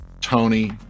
Tony